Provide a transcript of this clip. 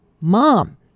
mom